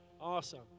Awesome